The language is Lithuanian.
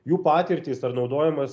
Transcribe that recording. jų patirtys ar naudojamas